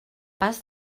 pas